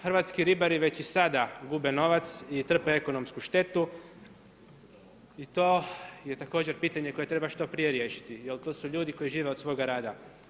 Hrvatski ribari već i sada gube novac i trpe ekonomsku štetu i to je također pitanje koje treba što prije riješiti, jer to su ljudi koji žive od svoga rada.